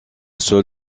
sol